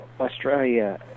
Australia